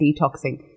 detoxing